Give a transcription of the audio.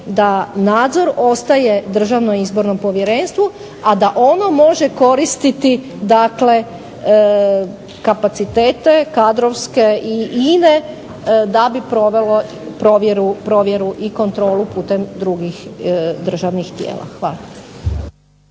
da nadzor ostaje Državnom izbornom povjerenstvu, a da ono može koristiti dakle kapacitete kadrovske i ine da bi provelo provjeru i kontrolu putem drugih državnih tijela. Hvala.